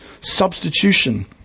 substitution